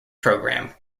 program